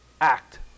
act